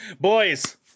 Boys